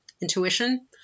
intuition